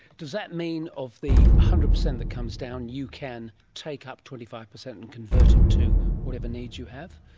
does that mean of the one hundred percent that comes down, you can take up twenty five percent and convert it to whatever needs you have?